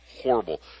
horrible